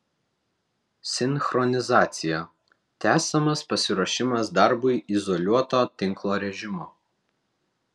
sinchronizacija tęsiamas pasiruošimas darbui izoliuoto tinklo režimu